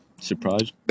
Surprise